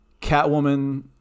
Catwoman